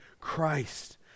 Christ